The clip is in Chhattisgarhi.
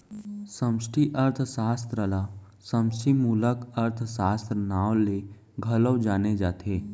समस्टि अर्थसास्त्र ल समस्टि मूलक अर्थसास्त्र, नांव ले घलौ जाने जाथे